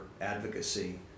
advocacy